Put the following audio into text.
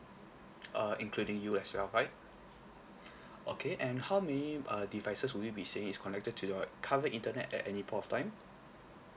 uh including you as well right okay and how many uh devices will you be saying is connected to your current internet at any point of time